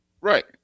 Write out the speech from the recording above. Right